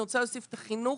אני רוצה להוסיף את החינוך,